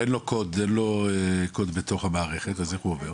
קוד בתוך המערכת, אז איך הוא עובר?